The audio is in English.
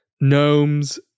gnomes